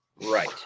right